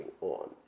on